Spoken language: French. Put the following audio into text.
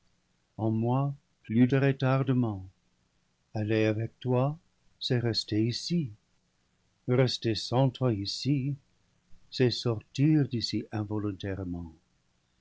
en moi plus de retardement aller avec toi c'est rester ici rester sans toi ici c'est sortir d'ici